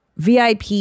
VIP